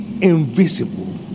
invisible